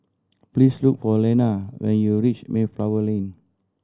please look for Leanna when you reach Mayflower Lane